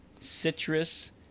citrus